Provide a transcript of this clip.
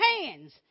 hands